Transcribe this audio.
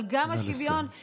אבל גם השוויון, נא לסיים.